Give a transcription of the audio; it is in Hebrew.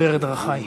דרכי.